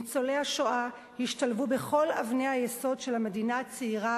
ניצולי השואה השתלבו בכל אבני היסוד של המדינה הצעירה,